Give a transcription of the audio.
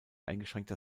eingeschränkter